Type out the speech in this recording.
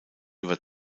über